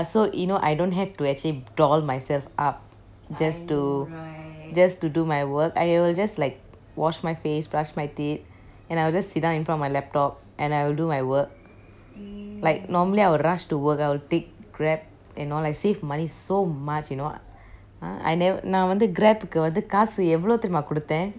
ya so you know I don't have to actually doll myself up just to just to do my work I will just like wash my face brush my teeth and I will just sit down in front of my laptop and I will do my work like normally I would rush to work I'll take grab and all like save money so much you know I nev~ நான் வந்து:naan vanthu grab கு வந்து காசு எவளோ தெரியுமா கொடுத்தேன்:ku vanthu kaasu evelo theriyuma koduthen